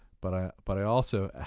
but i but i also ah